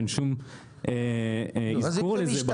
אין שום אזכור לזה בחוק.